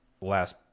last